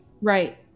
Right